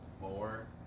more